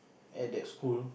at that school